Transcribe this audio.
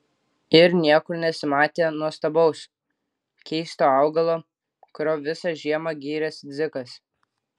ir niekur nesimatė nuostabaus keisto augalo kuriuo visą žiemą gyrėsi dzikas